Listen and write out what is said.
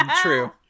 True